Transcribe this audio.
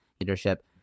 leadership